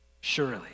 surely